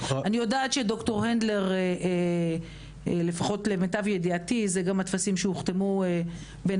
למיטב ידיעתי אני יודעת שאלה גם הטפסים שהוחתמו בנצרת,